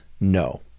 no